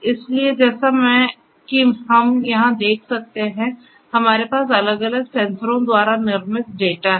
इसलिए जैसा कि हम यहां देख सकते हैं हमारे पास अलग अलग सेंसरों द्वारा निर्मित डेटा हैं